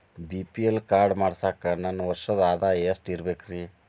BPL card ಮಾಡ್ಸಾಕ ನನ್ನ ವರ್ಷದ್ ಆದಾಯ ಎಷ್ಟ ಇರಬೇಕ್ರಿ?